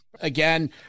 again